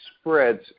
spreads